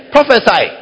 Prophesy